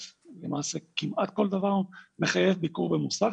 למעשה כמעט כל דבר מחייב ביקור במוסך,